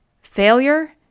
Failure